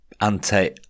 ante